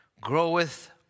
groweth